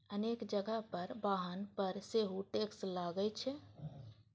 अनेक जगह पर वाहन पर सेहो टैक्स लागै छै